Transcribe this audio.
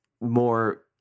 more